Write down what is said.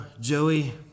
Joey